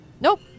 nope